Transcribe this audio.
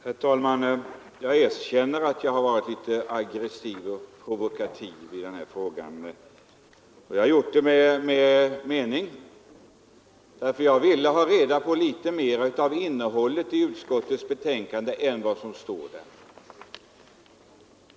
Herr talman! Jag erkänner att jag varit litet aggressiv och provokativ i den här frågan. Men jag har gjort det med avsikt, eftersom jag ville ha reda på litet mer av innehållet i utskottets betänkande än vad som står där.